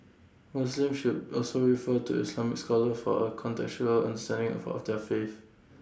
Muslims should also refer to Islamic scholars for A contextual understanding of of their faith